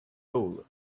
hole